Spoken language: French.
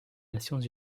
nations